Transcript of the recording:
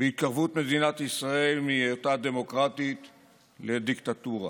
בהתקרבות מדינת ישראל מהיותה דמוקרטית לדיקטטורה.